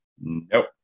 Nope